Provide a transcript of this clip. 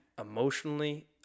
emotionally